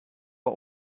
are